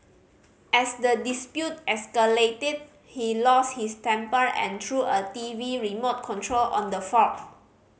as the dispute escalated he lost his temper and threw a T V remote control on the four